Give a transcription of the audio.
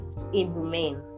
inhumane